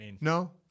no